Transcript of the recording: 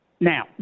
Now